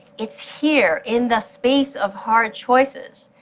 it's here, in the space of hard choices,